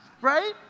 right